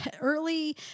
early